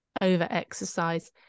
over-exercise